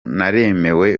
naremewe